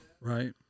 Right